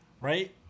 right